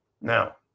now